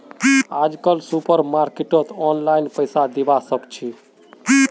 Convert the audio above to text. आजकल सुपरमार्केटत ऑनलाइन पैसा दिबा साकाछि